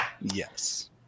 Yes